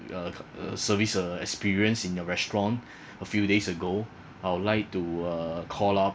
uh uh service uh experience in your restaurant a few days ago I would like to uh call out